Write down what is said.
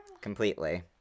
Completely